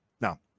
Now